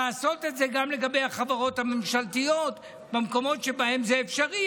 לעשות את זה גם לגבי החברות הממשלתיות במקומות שבהם זה אפשרי.